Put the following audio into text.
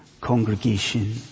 congregation